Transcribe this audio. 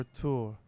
tour